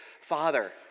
Father